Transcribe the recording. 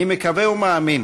אני מקווה ומאמין